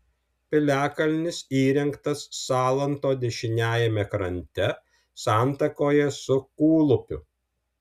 piliakalnis įrengtas salanto dešiniajame krante santakoje su kūlupiu